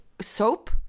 soap